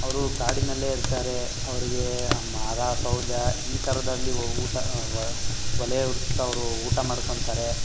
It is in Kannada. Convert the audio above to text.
ಅವರು ಕಾಡಿನಲ್ಲೇ ಇರ್ತಾರೆ ಅವ್ರಿಗೆ ಮರ ಸೌದೆ ಈ ಥರದ್ದರಲ್ಲಿ ಊಟ ಒಲೆ ಉರಿಸ್ತಾ ಅವರು ಊಟ ಮಾಡ್ಕೊತಾರೆ